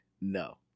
No